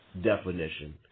definition